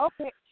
okay